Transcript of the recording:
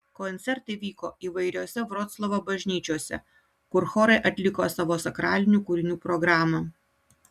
koncertai vyko įvairiose vroclavo bažnyčiose kur chorai atliko savo sakralinių kūrinių programą